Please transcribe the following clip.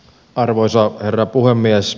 arvoisa herra puhemies